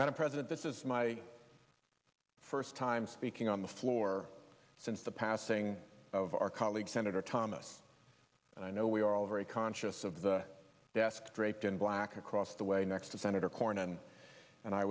madam president this is my first time speaking on the floor since the passing of our colleague senator thomas and i know we are all very conscious of the death draped in black across the way next to senator cornin and i